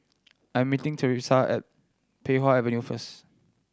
I'm meeting Thresa at Pei Wah Avenue first